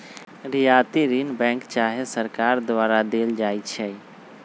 रियायती ऋण बैंक चाहे सरकार द्वारा देल जाइ छइ